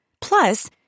Plus